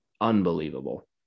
unbelievable